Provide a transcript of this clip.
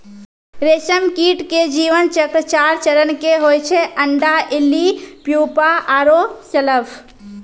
रेशम कीट के जीवन चक्र चार चरण के होय छै अंडा, इल्ली, प्यूपा आरो शलभ